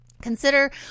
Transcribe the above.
Consider